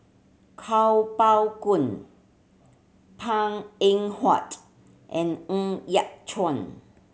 Kuo Pao Kun Png Eng Huat and Ng Yat Chuan